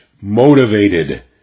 motivated